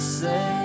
say